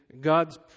God's